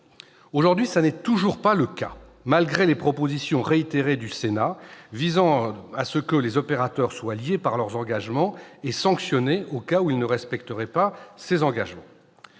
Aujourd'hui, tel n'est toujours pas le cas, malgré les propositions réitérées du Sénat visant à ce que les opérateurs soient liés par leurs engagements et sanctionnés au cas où ils ne les respecteraient pas. Sur le sujet,